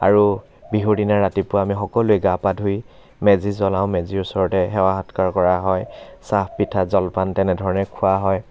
আৰু বিহুৰ দিনা ৰাতিপুৱা আমি সকলোৱে গা পা ধুই মেজি জ্বলাও মেজিৰ ওচৰতে সেৱা সৎকাৰ কৰা হয় চাহ পিঠা জলপান তেনেধৰণে খোৱা হয়